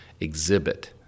exhibit